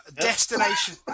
Destination